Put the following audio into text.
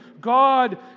God